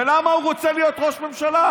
ולמה הוא רוצה להיות ראש ממשלה?